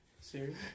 Siri